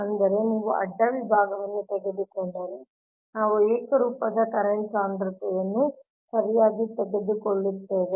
ಅಂದರೆ ನೀವು ಅಡ್ಡ ವಿಭಾಗವನ್ನು ತೆಗೆದುಕೊಂಡರೆ ನಾವು ಏಕರೂಪದ ಕರೆಂಟ್ ಸಾಂದ್ರತೆಯನ್ನು ಸರಿಯಾಗಿ ತೆಗೆದುಕೊಳ್ಳುತ್ತೇವೆ